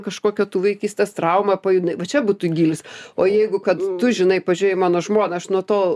kažkokią tu vaikystės traumą pajudinai čia būtų gylis o jeigu kad tu žinai pažiūrėjai į mano žmoną aš nuo to